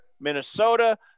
Minnesota